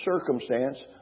circumstance